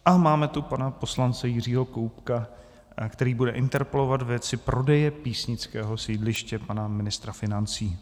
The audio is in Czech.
A máme tu pana poslance Jiřího Koubka, který bude interpelovat ve věci prodeje písnického sídliště pana ministra financí.